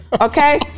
Okay